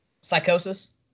Psychosis